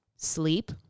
sleep